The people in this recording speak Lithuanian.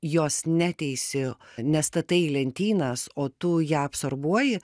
jos neteisi nestatai į lentynas o tu ją absorbuoji